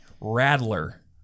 rattler